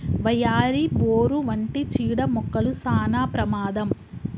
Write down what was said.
వయ్యారి, బోరు వంటి చీడ మొక్కలు సానా ప్రమాదం